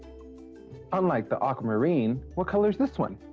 unlike the aquamarine, what color is this one?